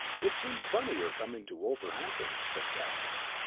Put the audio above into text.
it seems funny your coming to wolverhampton, said kathleen.